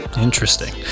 interesting